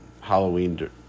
Halloween